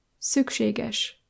Szükséges